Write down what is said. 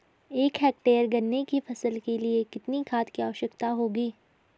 एक हेक्टेयर गन्ने की फसल के लिए कितनी खाद की आवश्यकता होगी?